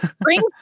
brings